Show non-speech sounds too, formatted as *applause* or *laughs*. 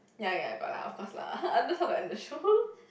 ya ya got lah of course lah *laughs* that's how they end the show *laughs*